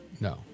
No